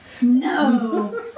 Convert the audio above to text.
no